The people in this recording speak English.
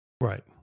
Right